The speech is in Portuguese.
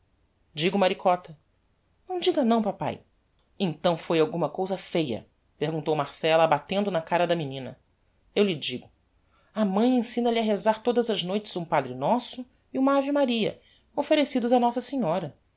digo maricota não diga não papae então foi alguma cousa feia perguntou marcella batendo na cara da menina eu lhe digo a mãe ensina lhe a rezar todas as noites um padre nosso e uma ave-maria offerecidos a nossa senhora